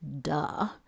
Duh